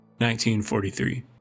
1943